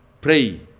pray